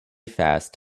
fast